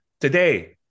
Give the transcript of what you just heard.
Today